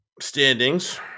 Standings